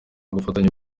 gufatanya